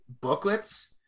booklets